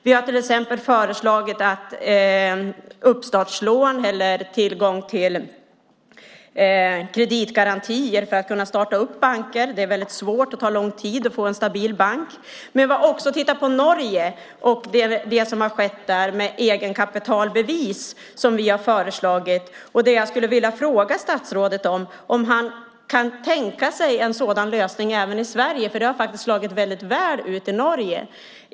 Vi har till exempel föreslagit uppstartslån eller tillgång till kreditgarantier för att kunna starta banker. Det är väldigt svårt. Det tar lång tid att få en stabil bank. Vi har också tittat på det som har skett i Norge där man har något som heter egenkapitalbevis. Det har vi också föreslagit. Jag skulle vilja fråga statsrådet om han kan tänka sig en sådan lösning även i Sverige. Det har slagit väldigt väl ut i Norge.